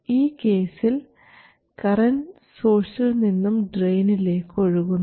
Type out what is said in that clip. ഈ കേസിൽ കറൻറ് സോഴ്സിൽ നിന്നും ഡ്രയിനിലേക്ക് ഒഴുകുന്നു